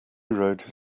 road